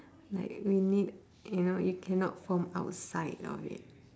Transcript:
like we need you know you cannot form outside of it